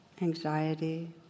anxiety